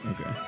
Okay